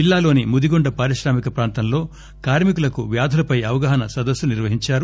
జిల్లాలోని ముదిగొండ పారిశ్రామిక ప్రాంతంలో కార్మి కులకు వ్యాధులపై అవగాహన సదస్సు నిర్వహించారు